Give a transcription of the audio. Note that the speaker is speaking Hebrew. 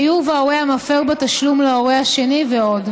חיוב ההורה המפר בתשלום להורה השני ועוד.